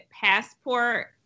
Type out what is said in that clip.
passport